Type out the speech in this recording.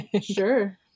Sure